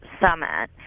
summit